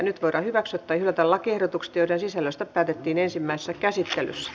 nyt voidaan hyväksyä tai hylätä lakiehdotukset joiden sisällöstä päätettiin ensimmäisessä käsittelyssä